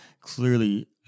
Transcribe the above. clearly